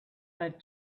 that